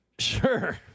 Sure